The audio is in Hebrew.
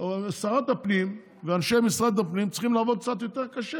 שרת הפנים ואנשי משרד הפנים צריכים לעבוד קצת יותר קשה,